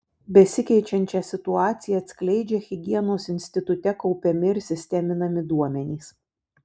besikeičiančią situaciją atskleidžia higienos institute kaupiami ir sisteminami duomenys